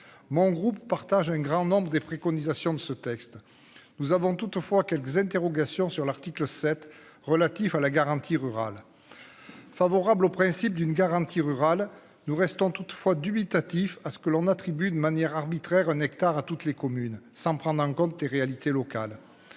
mon groupe partage un grand nombre des préconisations de ce texte. Nous avons toutefois quelques interrogations sur l'article 7 relatif à la garantie rural. Favorable au principe d'une garantie rural. Nous restons toutefois dubitatif à ce que l'on attribue de manière arbitraire hectare à toutes les communes sans prendre en compte des réalités locales.